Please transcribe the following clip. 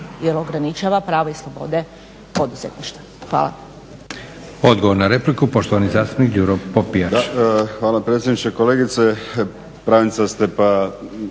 ograničava prava i slobode poduzetništva. Hvala.